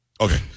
Okay